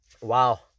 wow